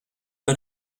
bas